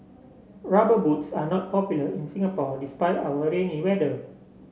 rubber boots are not popular in Singapore despite our rainy weather